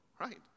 right